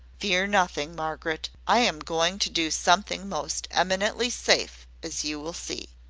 fear nothing, margaret. i am going to do something most eminently safe, as you will see.